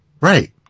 Right